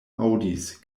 aŭdis